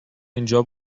اینجا